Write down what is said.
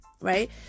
right